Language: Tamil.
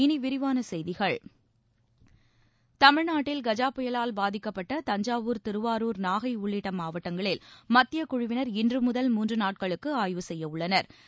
இனி விரிவான செய்திகள் தமிழ்நாட்டில் கஜா புயலால் பாதிக்கப்பட்ட தஞ்சாவூர் திருவாரூர் நாகை உள்ளிட்ட மாவட்டங்களில் மத்திய குழுவினா் இன்றுமுதல் மூன்று நாட்களுக்கு ஆய்வு செய்ய உள்ளனா்